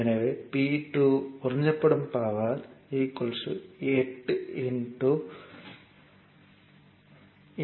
எனவே P 2 உறிஞ்சப்படும் power 8 2 16 watt ஆக இருக்கும்